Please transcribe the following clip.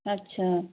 ਅੱਛਾ